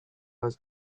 was